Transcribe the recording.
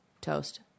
toast